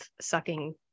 sucking